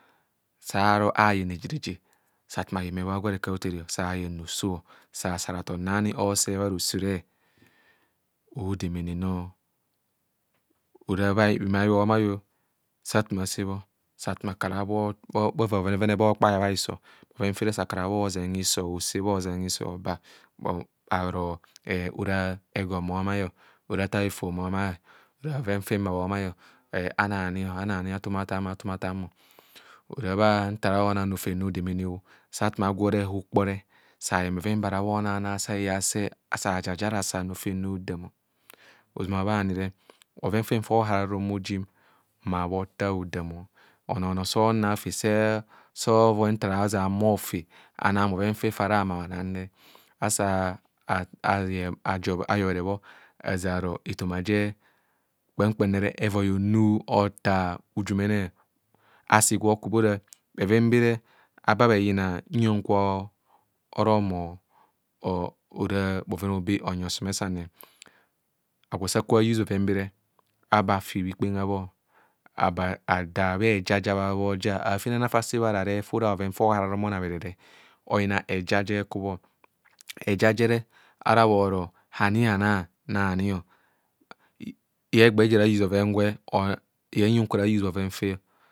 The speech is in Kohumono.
Saaro ayeng reje reje sa ayeme bhagwo a reka a hothere sa asa ratgon haani ose bharo so re odemene o. Ora bhimai ohoma, sa akuma sebho bhava bhovene bhokpai bhaiso, bhoven fere sa akura bhoʒen hiso bhosebho bhoʒen hisi bhoba. Aro ora egoni mo omai, bharo ora thai efo mo omai o. Ora ovem fem ma bho omai o. Bhoro ananiani, athum atham mo, athum athaamo. Ora na. ta arw onang rofem rodemene sa akyma agwore hukpore sa ayeng ba bho onang ase hizase asa ajaja rasan rofem rodaam. Ozama bhanire, bhoven fe fa oharara ohumo ojiang mma- bheta hidam. Onoo oho- ono sa ohar fe sa ovol nta ara azeng ahumo fe anang bhoven fe fa bhana bhahumi bhanang nre, asa ayobhene bho aʒeng aro ethoma je koam kpam re evoi homi ota njumene. Asi gwe okubho ora bheven bere agba bheyina huyan kwe ora ohymo ara bheven aibe onyi osomesane. Asa akubho a use bheven bere agba afi bhukoengha bho; adaa bheja ja bhoja afenana fa sebho ars reb fora fa onarara ohumo onabhere re, oyina eja je ekubho. Eja jere orạ bhọrọ bhọọrọ ani na- nang, naani, yen huyang kwaars use bhoven fe.